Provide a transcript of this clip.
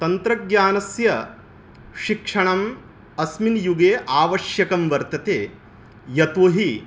तन्त्रज्ञानस्य शिक्षणम् अस्मिन् युगे आवश्यकं वर्तते यतो हि